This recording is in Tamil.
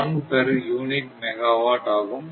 01 பெர் யூனிட் மெகாவாட் ஆகும்